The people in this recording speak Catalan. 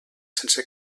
sense